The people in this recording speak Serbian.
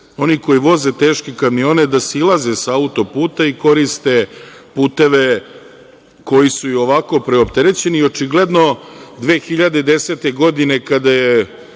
onih koji voze teške kamione da silaze sa auto-puta i koriste puteve koji su i ovako preopterećeni. Očigledno 2010. godine, kada je